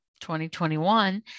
2021